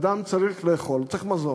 אדם צריך לאכול, הוא צריך מזון.